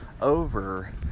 over